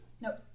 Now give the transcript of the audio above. Nope